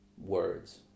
words